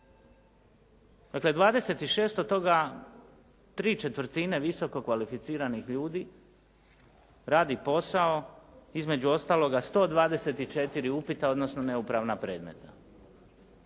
Dakle, 26 od toga ¾ visoko kvalificiranih ljudi radi posao između ostaloga 124 upita, odnosno neupravna predmeta.